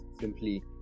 simply